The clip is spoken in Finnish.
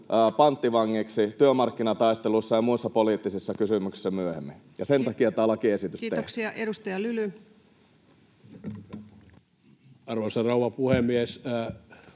panttivangiksi työmarkkinataisteluissa ja muissa poliittisissa kysymyksissä myöhemmin. Ja sen takia tämä lakiesitys tehdään. Kiitoksia. — Edustaja Lyly. Arvoisa rouva puhemies!